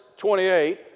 28